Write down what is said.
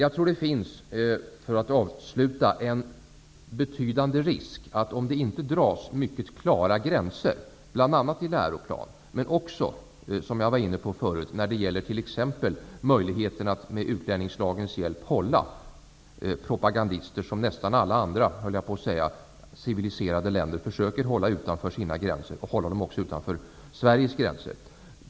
Avslutningsvis vill jag säga att jag tror att det finns en betydande risk här, om inte mycket klara gränser dras bl.a. i fråga om läroplaner och, som jag var inne på förut, möjligheterna att med utlänningslagens hjälp hålla propaganda/propagandister utanför Sveriges gränser. Nästan alla så att säga civiliserade länder försöker ju hålla propagandisterna utanför sina gränser.